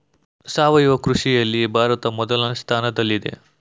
ಸಾವಯವ ಕೃಷಿಯಲ್ಲಿ ಭಾರತ ಮೊದಲ ಸ್ಥಾನದಲ್ಲಿದೆ